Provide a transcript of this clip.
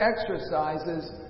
exercises